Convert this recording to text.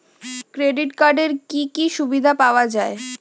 Credit কার্ডের কি কি সুবিধা পাওয়া যায়?